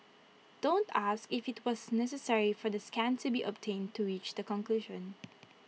don't ask if IT was necessary for the scan to be obtained to reach the conclusion